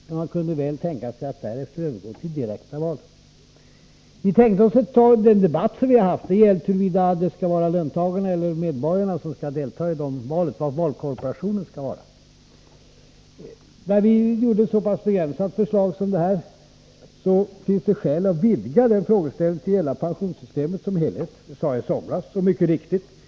Man kan mycket väl tänka sig att därefter övergå till direkta val. I den debatt som vi haft frågade vi oss ett tag huruvida det skall vara löntagarna eller medborgarna som skall delta i valet och var valkorporationen kommer in. När vi lade fram ett så pass begränsat förslag som det här finns det skäl att vidga frågeställningen till att gälla pensionssystemet som helhet. Det sade jag i somras — så mycket är riktigt.